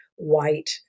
White